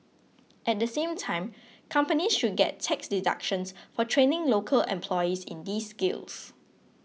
at the same time companies should get tax deductions for training local employees in these skills